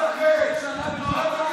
מנסור עבאס אמר שאתה צודקת,